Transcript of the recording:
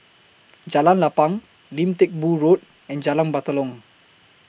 Jalan Lapang Lim Teck Boo Road and Jalan Batalong